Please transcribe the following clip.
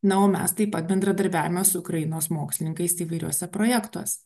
na o mes taip pat bendradarbiaujame su ukrainos mokslininkais įvairiuose projektuose